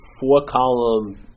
four-column